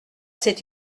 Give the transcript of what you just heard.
c’est